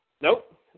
Nope